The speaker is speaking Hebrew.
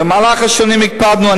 במהלך השנים הקפדנו,